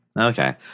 Okay